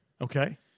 Okay